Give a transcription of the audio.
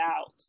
out